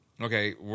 okay